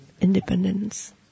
independence